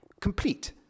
complete